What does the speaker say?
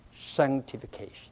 sanctification